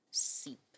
seep